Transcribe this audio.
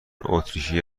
اتریشی